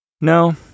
No